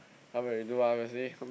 help us redo ah Wesley